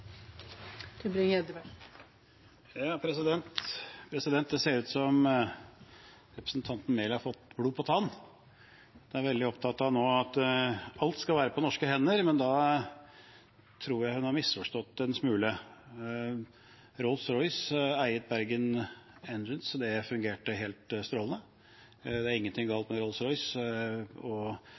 Mehl har fått blod på tann. Hun er nå veldig opptatt av at alt skal være på norske hender, men da tror jeg hun har misforstått en smule. Rolls-Royce eide Bergen Engines, og det fungerte helt strålende. Det er ingen ting galt med